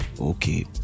okay